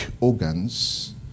organs